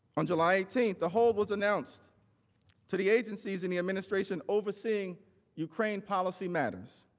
on the light eighteenth the hold was announced to the agencies in the administration overseen ukraine policy matters.